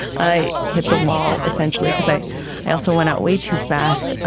i hit the wall, essentially, because i i also went out way too fast